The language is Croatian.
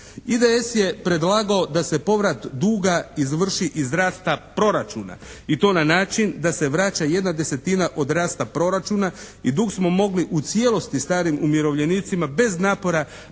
IDS je predlagao da se povrat duga izvrši iz rasta proračuna i to na način da se vraća 1/10 od rasta proračuna i dug smo mogli u cijelosti starim umirovljenicima bez napora vratiti